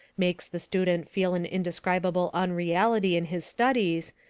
makes the student feel an indescribable unreality in his studies,